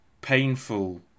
painful